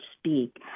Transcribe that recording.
Speak